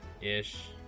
ish